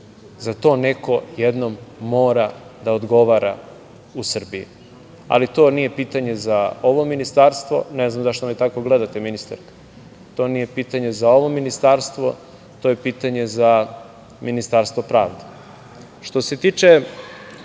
Za to neko jednom mora da odgovara u Srbiji. To nije pitanje za ovo ministarstvo, ne znam zašto me tako gledate ministarka, to nije pitanje za ovo ministarstvo, to je pitanje za Ministarstvo pravde. Što